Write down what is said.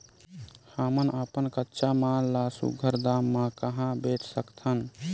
हमन अपन कच्चा माल ल सुघ्घर दाम म कहा बेच सकथन?